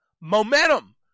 momentum